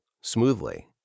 smoothly